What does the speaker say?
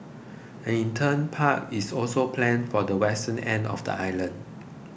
an intern park is also planned for the western end of the island